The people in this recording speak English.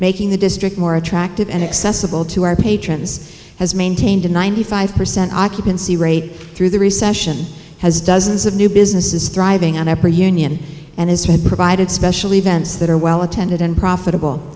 making the district more attractive and accessible to our patrons has maintained a ninety five percent occupancy rates through the recession has dozens of new business is thriving on a pretty union and has had provided special events that are well attended and profitable